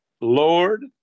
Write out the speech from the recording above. Lord